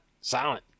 Silent